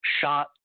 shot –